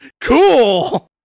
cool